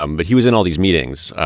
um but he was in all these meetings.